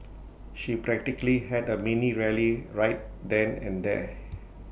she practically had A mini rally right then and there